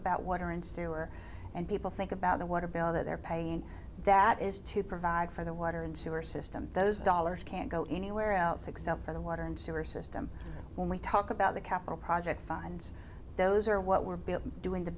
about water and sewer and people think about the water bill that they're paying that is to provide for the water and sewer system those dollars can't go anywhere else except for the water and sewer system when we talk about the capital project funds those are what we're doing the